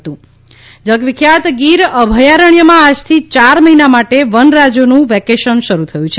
જૂનાગઢ ગીર અભ્યારણ્ય જગવિખ્યાત ગીર અભયારણ્યમાં આજથી યાર મહિના માટે વનરાજો નું વેકેશન શરૂ થયું છે